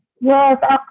Yes